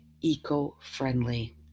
eco-friendly